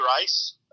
Rice